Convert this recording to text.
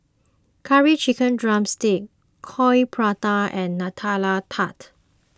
Curry Chicken Drumstick Coin Prata and Nutella Tart